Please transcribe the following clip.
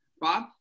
Bob